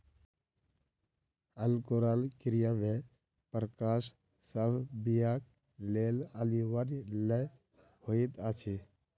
अंकुरण क्रिया मे प्रकाश सभ बीयाक लेल अनिवार्य नै होइत अछि